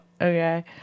Okay